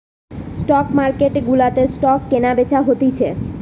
stock market গুলাতে stock কেনা বেচা হতিছে